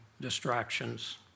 distractions